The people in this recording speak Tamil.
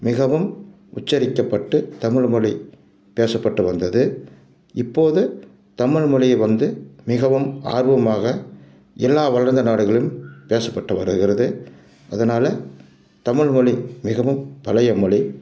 மிகவும் உச்சரிக்கப்பட்டு தமிழ்மொழி பேசப்பட்டு வந்தது இப்போது தமிழ்மொழி வந்து மிகவும் ஆர்வமாக எல்லா வளர்ந்த நாடுகளும் பேசப்பட்டு வருகிறது அதனால தமிழ்மொழி மிகவும் பழைய மொழி